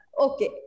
okay